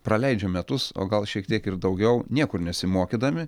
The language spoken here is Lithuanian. praleidžia metus o gal šiek tiek ir daugiau niekur nesimokydami